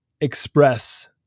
express